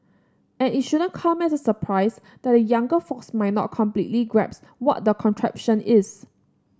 and it shouldn't come as a surprise that the younger folks might not completely grasp what that contraption is